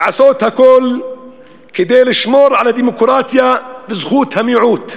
לעשות הכול כדי לשמור על הדמוקרטיה וזכות המיעוט,